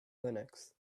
linux